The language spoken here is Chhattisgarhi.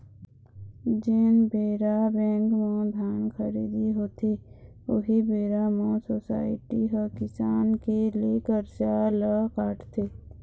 जेन बेरा बेंक म धान खरीदी होथे, उही बेरा म सोसाइटी ह किसान के ले करजा ल काटथे